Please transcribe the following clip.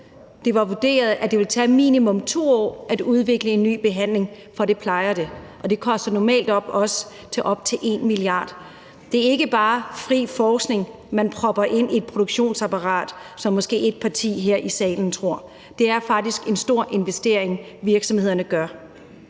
Det var vurderet, at det ville tage minimum 2 år at udvikle en ny behandling, for det plejer det. Og det koster også normalt op til 1 mia. kr. Det er ikke bare fri forskning, man propper ind i et produktionsapparat, som måske et parti her i salen tror. Det er faktisk en stor investering, virksomhederne gør.